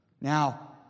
Now